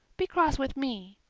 be cross with me.